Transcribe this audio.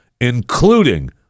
including